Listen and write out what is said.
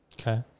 Okay